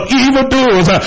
evildoers